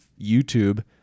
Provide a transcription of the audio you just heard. YouTube